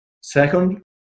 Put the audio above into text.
Second